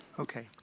okay.